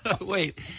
Wait